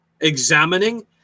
examining